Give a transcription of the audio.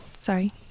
Sorry